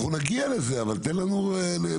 אנחנו נגיע לזה אבל תן לנו להמשיך,